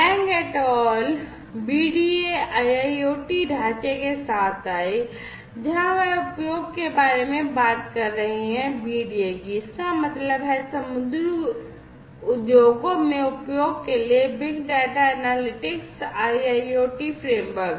Wang et al BDA IIoT ढांचे के साथ आए जहां वे उपयोग के बारे में बात कर रहे हैं बीडीए की इसका मतलब है समुद्री उद्योगों में उपयोग के लिए big data analytics IIoT framework